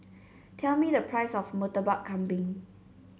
tell me the price of Murtabak Kambing